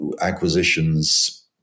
acquisitions